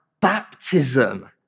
baptism